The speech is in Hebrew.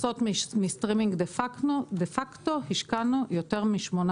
על הכנסות מסטרימינג דה פקטו השקענו יותר מ-8%.